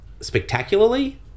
spectacularly